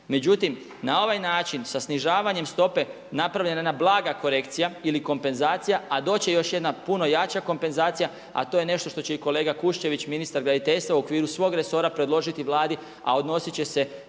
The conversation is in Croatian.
Međutim, za ovaj način sa snižavanjem stope napravljena je jedna blaga korekcija ili kompenzacija a doći će još jedna puno jača kompenzacija a to je nešto što će i kolega Kuščević ministar graditeljstva u okviru svog resora predložiti Vladi a odnosit će se